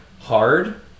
hard